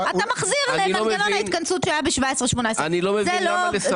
אתה מחזיר למנגנון ההתכנסות שהיה ב-2017 ו-2018 זה בעיניי